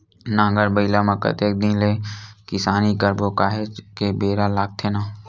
नांगर बइला म कतेक दिन ले किसानी करबो काहेच के बेरा लगथे न